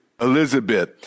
Elizabeth